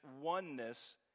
oneness